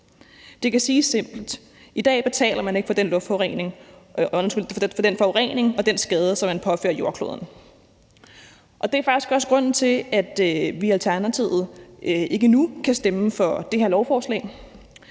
Det kan siges simpelt: I dag betaler man ikke for den forurening og den skade, som man påfører jordkloden. Det er faktisk også grunden til, at vi i Alternativet ikke endnu kan stemme for det her beslutningsforslag.